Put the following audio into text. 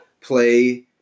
play